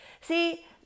See